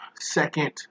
second